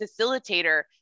facilitator